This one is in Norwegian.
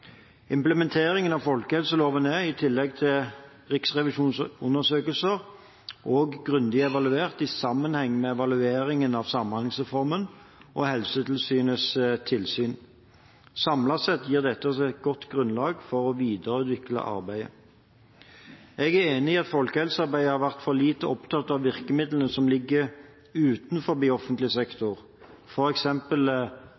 av folkehelseloven er i tillegg til Riksrevisjonens undersøkelser også grundig evaluert i sammenheng med evalueringen av samhandlingsreformen og Helsetilsynets tilsyn. Samlet sett gir dette oss et godt grunnlag for å videreutvikle arbeidet. Jeg er enig i at man i folkehelsearbeidet har vært for lite opptatt av virkemidlene som ligger utenfor offentlig